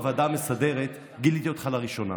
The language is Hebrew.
אתמול בוועדה המסדרת גיליתי אותך לראשונה,